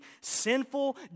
sinful